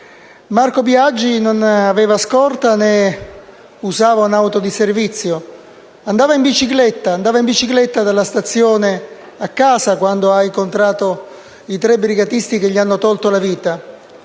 Marco Biagi non aveva scorta né usava un'auto di servizio. Andava in bicicletta dalla stazione a casa quando ha incontrato i tre brigatisti che gli hanno tolto la vita.